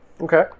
Okay